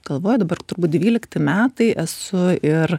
galvoju dabar turbūt dvylikti metai esu ir